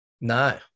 No